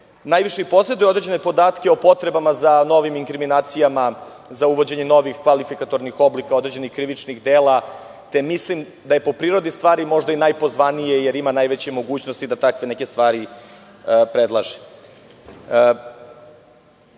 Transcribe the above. najviše poseduje određene podatke o potrebama za novim inkriminacijama, za uvođenje novih kvalifikatornih oblika određenih krivičnih dela. Mislim da je po prirodi stvari možda i najpozvanije, jer ima najveće mogućnosti da takve neke stvari predlaže.Zašto